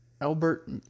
Albert